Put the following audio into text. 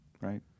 right